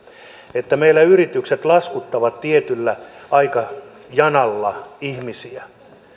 että meillä yritykset laskuttavat tietyllä aikajanalla ihmisiä